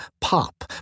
pop